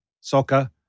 soccer